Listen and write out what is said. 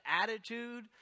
attitude